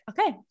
okay